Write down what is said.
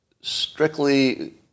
strictly